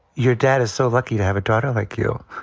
your dad is so lucky to have a daughter like you.